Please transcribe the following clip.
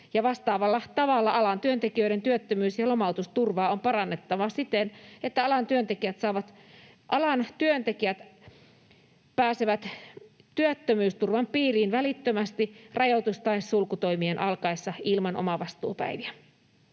Vastaavalla tavalla alan työntekijöiden työttömyys- ja lomautusturvaa on parannettava siten, että alan työntekijät pääsevät työttömyysturvan piiriin välittömästi rajoitus- tai sulkutoimien alkaessa ilman omavastuupäiviä.